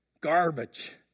garbage